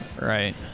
right